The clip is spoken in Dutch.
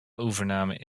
overname